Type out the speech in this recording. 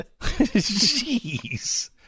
Jeez